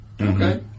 Okay